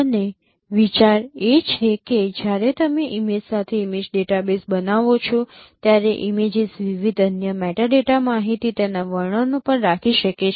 અને વિચાર એ છે કે જ્યારે તમે ઇમેજ સાથે ઇમેજ ડેટાબેઝ બનાવો છો ત્યારે ઇમેજીસ વિવિધ અન્ય મેટાડેટા માહિતી તેના વર્ણનો પણ રાખી શકે છે